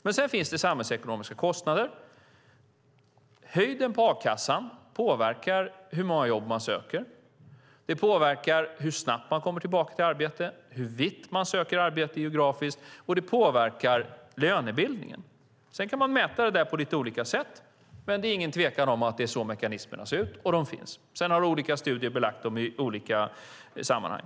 Men sedan finns det samhällsekonomiska kostnader. Höjden på a-kassan påverkar hur många jobb man söker. Det påverkar hur snabbt man kommer tillbaka till arbete, hur vitt man söker arbete geografiskt, och det påverkar lönebildningen. Sedan kan man mäta detta på lite olika sätt. Men det är ingen tvekan om att det är så mekanismerna ser ut, och de finns. Sedan har olika studier belagt dem i olika sammanhang.